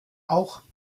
auch